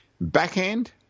Backhand